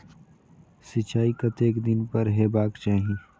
सिंचाई कतेक दिन पर हेबाक चाही?